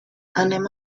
anem